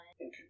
Okay